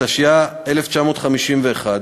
התשי"א 1951,